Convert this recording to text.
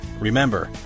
Remember